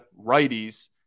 righties